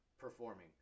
performing